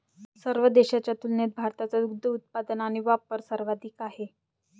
सर्व देशांच्या तुलनेत भारताचा दुग्ध उत्पादन आणि वापर सर्वाधिक आहे